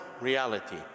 reality